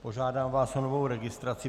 Požádám vás o novou registraci.